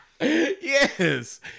Yes